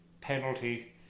penalty